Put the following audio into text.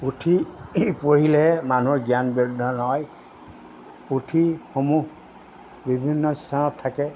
পুথি পঢ়িলেহে মানুহৰ জ্ঞান বৃদ্ধন হয় পুথিসমূহ বিভিন্ন স্থানত থাকে